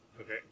Okay